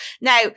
Now